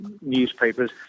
newspapers